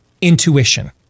intuition